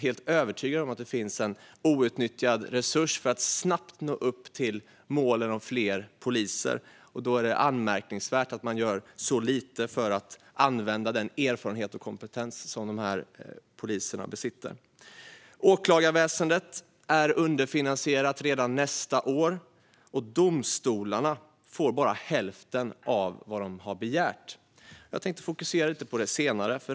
Vi är övertygade om att de är en outnyttjad resurs när det gäller att snabbt nå målet om fler poliser. Det är anmärkningsvärt att man gör så lite för att använda den erfarenhet och kompetens som de besitter. Åklagarväsendet är underfinansierat redan nästa år. Och domstolarna får bara hälften av vad de har begärt. Jag tänker fokusera lite på det senare.